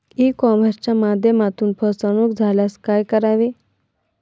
E कॉमर्सच्या माध्यमातून फसवणूक झाल्यास काय करावे?